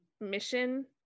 mission